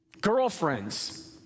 girlfriends